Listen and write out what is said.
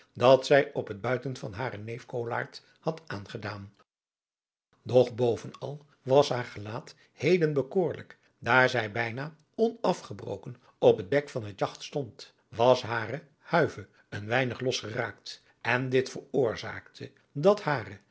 dat zij op het buiten van haren neef koolaart had aangehad doch bovenal was haar gelaat heden bekoorlijk daar zij bijna onasgebroken op het dek van het jagt stond was hare huive een weinig los geraakt en dit veroorzaakte dat hare